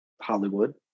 hollywood